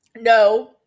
No